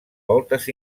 voltes